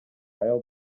аял